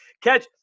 Catch